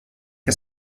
que